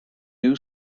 new